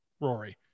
Rory